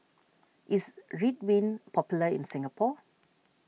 is Ridwind popular in Singapore